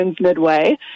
midway